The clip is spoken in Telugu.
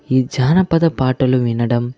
ఈ జానపద పాటలు వినడం